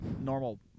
normal